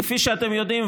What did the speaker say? כפי שאתם יודעים,